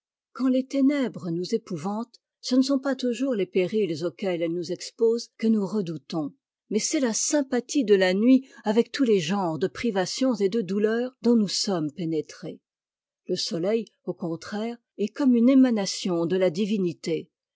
quand les ténèbres nous épouvantent ce ne sont pas toujours les périls auxquels elles nous exposent que nous redoutons mais c'est la sympathie de la nuit avec tous les genres de privations et de douleurs dont nous sommes pénétrés le soleil au contraire est comme une émanation de la divinité